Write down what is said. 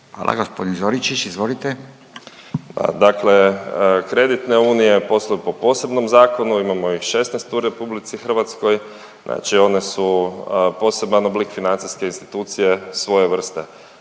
izvolite. **Zoričić, Davor** Dakle kreditne unije posluju po posebnom zakonu, imamo ih 16 u RH. Znači one su poseban oblik financijske institucije svoje vrste.